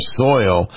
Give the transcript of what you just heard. soil